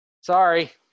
sorry